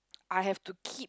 I have to keep